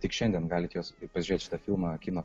tik šiandien galite juos pažiūrėt šitą filmą kino